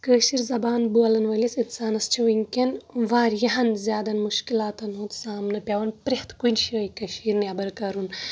کأشِر زبان بولن وألِس اِنسانس چھ وُنکٮ۪ن واریاہن زیٛادٕ مُشکِلاتن ہُنٛد سامنہٕ پٮ۪وان پرٛٮ۪تھ کُنہِ جایہِ کٔشیٖرِ نیٚبر کرُن